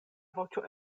voĉo